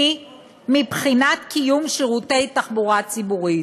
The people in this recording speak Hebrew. מבחינת קיום שירותי תחבורה ציבורית.